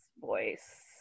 voice